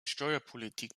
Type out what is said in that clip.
steuerpolitik